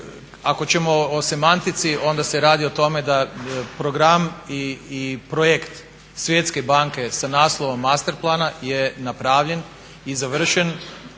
Ako ćemo o semantici onda se radi o tome da program i projekt Svjetske banke sa naslovom masterplana je napravljen i završen.